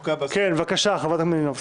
בבקשה, חברת הכנסת מלינובסקי.